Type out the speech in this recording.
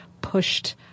pushed